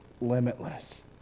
limitless